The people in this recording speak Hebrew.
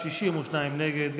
הסתייגות 39 לחלופין ד'